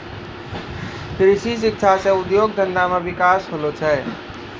कृषि शिक्षा से उद्योग धंधा मे बिकास होलो छै